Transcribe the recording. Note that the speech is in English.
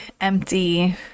empty